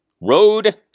Road